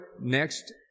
next